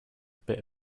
bit